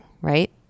right